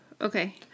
Okay